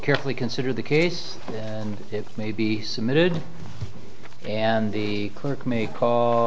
carefully consider the case and it may be submitted and the clerk may call